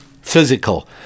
physical